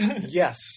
Yes